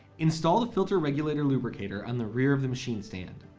install the filter regulator lubricator on the rear of the machine stand.